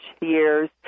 years